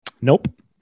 Nope